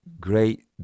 great